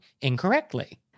incorrectly